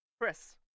Chris